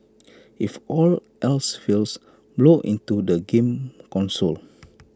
if all else fails blow into the game console